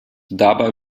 dabei